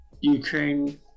Ukraine